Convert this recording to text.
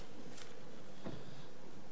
אדוני היושב-ראש, כנסת נכבדה,